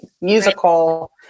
Musical